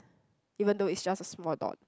even though it's just a small dot